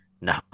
No